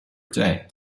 day